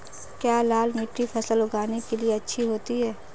क्या लाल मिट्टी फसल उगाने के लिए अच्छी होती है?